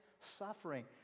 suffering